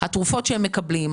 התרופות שהם מקבלים,